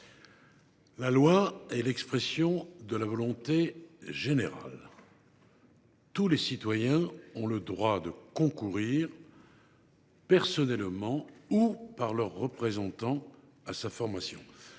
La loi est l’expression de la volonté générale. Tous les citoyens ont droit de concourir personnellement, ou par leurs représentants, à sa formation.